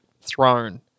throne